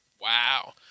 Wow